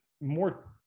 more